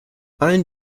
allen